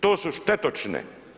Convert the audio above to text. To su štetočine.